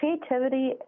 creativity